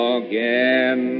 again